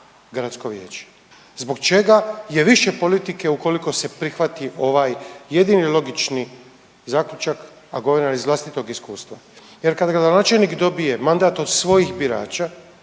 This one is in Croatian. gradsko vijeće? Zbog čega je više politike ukoliko se prihvati ovaj jedini logični zaključak a govorim vam iz vlastitog iskustva? Jer kada gradonačelnik dobije mandat od svojih birača